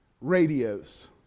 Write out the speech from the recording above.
radios